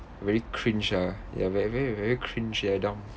very cringe ah ya very very very cringe eh damn